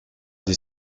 des